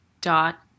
dot